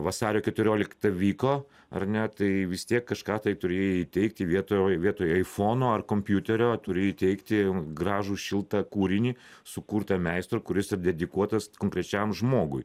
vasario keturiolikta vyko ar ne tai vis tiek kažką tai turėjai įteikti vietoj vietoj aifono ar kompiuterio turi įteikti gražų šiltą kūrinį sukurtą meistro kuris ir dedikuotas konkrečiam žmogui